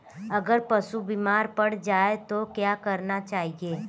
अगर पशु बीमार पड़ जाय तो क्या करना चाहिए?